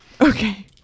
Okay